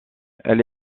elle